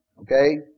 okay